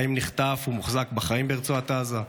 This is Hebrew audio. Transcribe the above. האם נחטף ומוחזק בחיים ברצועת עזה?